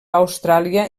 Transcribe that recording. austràlia